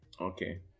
Okay